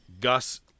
Gus